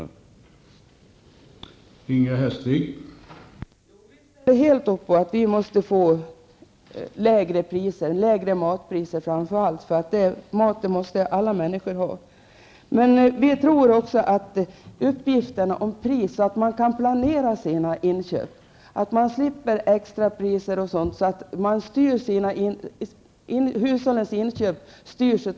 Jag tänker på ert tidigare agerande.